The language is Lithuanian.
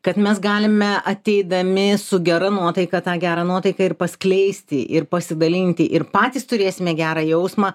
kad mes galime ateidami su gera nuotaika tą gerą nuotaiką ir paskleisti ir pasidalinti ir patys turėsime gerą jausmą